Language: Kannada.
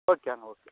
ಓಕೆ ಅಣ್ಣ ಓಕೆ